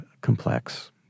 complex